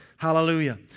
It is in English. Hallelujah